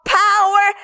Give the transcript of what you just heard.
power